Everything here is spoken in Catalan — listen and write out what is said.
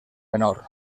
menor